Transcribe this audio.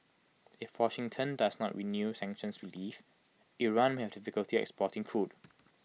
if Washington does not renew sanctions relief Iran may have difficulty exporting crude